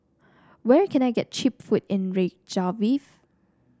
where can I get cheap food in Reykjavik